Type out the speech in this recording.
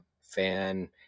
fan